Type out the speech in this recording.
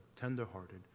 tender-hearted